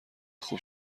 خوب